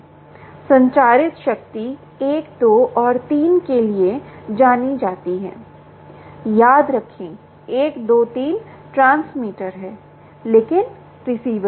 संचारित शक्ति 1 2 और 3 के लिए जानी जाती है याद रखें 1 2 3 ट्रांसमीटर हैं लेकिन रिसीवर भी